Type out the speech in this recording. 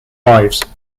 lives